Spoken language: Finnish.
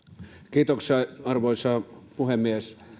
kiitoksia arvoisa puhemies